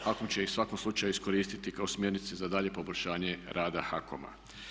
HAKOM će ih u svakom slučaju iskoristiti kao smjernice za dalje poboljšanje rada HAKOM-a.